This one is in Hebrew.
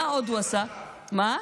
נכון,